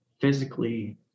physically